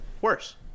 Worse